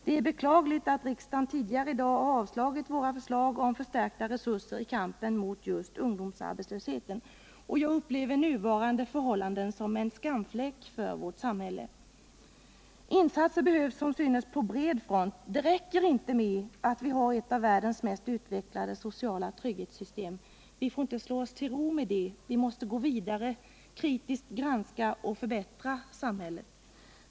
Det är beklagligt att riksdagen tidigare i dag avslagit våra förslag om förstärkta resurser i kampen mot just ungdomsarbetslösheten. Jag upplever nuvarande förhållanden som en skamfläck för vårt samhälle. Insatser behövs, som synes, på bred front. Det räcker inte att vi har ett av världens mest utvecklade sociala trygghetssystem. Vi får inte slå oss till ro med det. Vi måste gå vidare, kritiskt granska och förbättra samhället.